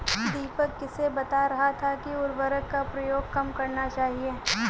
दीपक किसे बता रहा था कि उर्वरक का प्रयोग कम करना चाहिए?